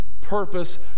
purpose